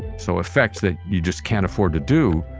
so effects that you just can't afford to do,